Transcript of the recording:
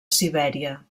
sibèria